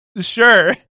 Sure